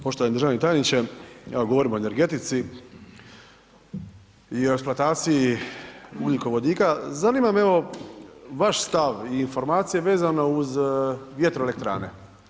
Poštovani državni tajniče, evo govorimo o energetici i o eksploataciji ugljikovodika, zanima me evo vaš stav i informaciju vezano uz vjetroelektrane.